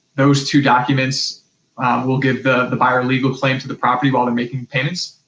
those two documents will give the the buyer legal claim to the property while they're making payments.